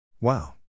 Wow